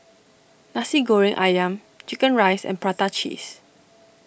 Nasi Goreng Ayam Chicken Rice and Prata Cheese